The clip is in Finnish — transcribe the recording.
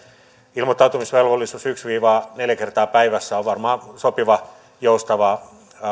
ilmoittautumisvelvollisuus yksi viiva neljä kertaa päivässä on varmaan sopiva joustava